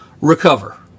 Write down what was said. recover